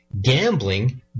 gambling